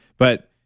but,